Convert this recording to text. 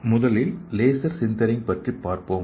முதலில் selective laser sintering பற்றிப் பார்ப்போம்